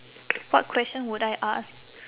what question would I ask